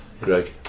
Greg